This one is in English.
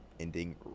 ending